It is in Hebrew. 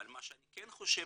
אבל מה שאני כן חושב,